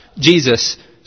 Jesus